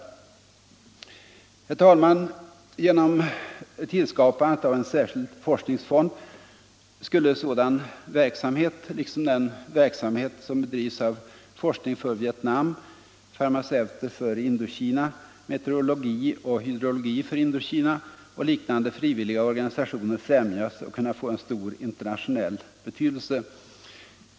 Herr talman! Genom tillskapandet av en särskild forskningsfond skulle sådan verksamhet liksom den verksamhet som bedrivs av Forskning för Vietnam, Farmaceuter för Indokina, Meteorologi och hydrologi för Indokina och liknande frivilliga organisationer främjas och kunna få en stor internationell betydelse.